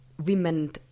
women